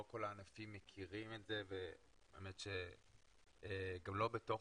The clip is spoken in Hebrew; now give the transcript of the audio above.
לא כל הענפים מכירים את זה והאמת שגם לא בתוך